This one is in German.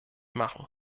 machen